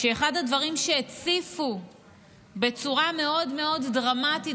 שאחד הדברים שהציפו בצורה מאוד מאוד דרמטית